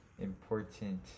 important